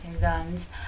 guns